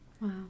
Wow